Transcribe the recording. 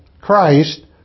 Christ